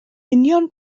union